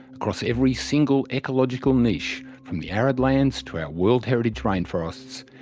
across every single ecological niche from the arid lands to our world heritage rainforests,